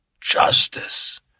justice